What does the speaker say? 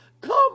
come